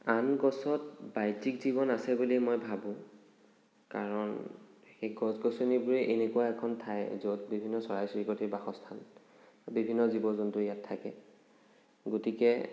আন গছত বাহ্য়িক জীৱন আছে বুলি মই ভাবোঁ কাৰণ সেই গছ গছনিবোৰেই এনেকুৱা এখন ঠাই য'ত বিভিন্ন চৰাই চিৰিকটিৰ বাসস্থান বিভিন্ন জীৱ জন্তু ইয়াত থাকে গতিকে